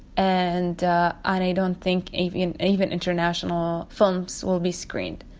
and i don't think even even international films will be screened.